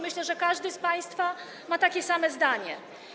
Myślę, że każdy z państwa ma takie same zdanie.